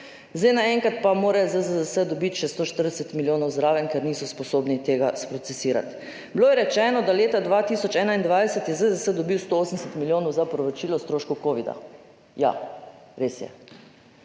zdaj naenkrat pa mora ZZZS dobiti še 140 milijonov zraven, ker niso sposobni tega sprocesirati. Bilo je rečeno, da je leta 2021 ZZZS dobil 180 milijonov za povračilo stroškov covida. Ja, res je.